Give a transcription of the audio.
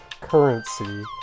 currency